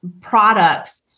products